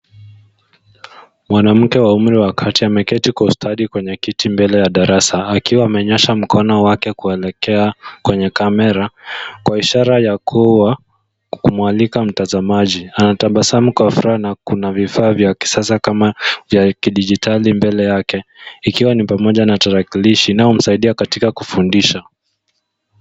Mwanamke wa umri wa kati ameketi kwa ustadi kwenye kiti mbele ya darasa akiwa amenyoosha mkono wake kuelekea kwenye kamera, kwa ishara ya kuwa kumwalika mtazamaji. Anatabasamu kwa furaha na kuna vifaa vya kisasa kama vya kidigitali mbele yake, ikiwa ni pamoja na tarakilishi inayomsaidia katika kufundisha.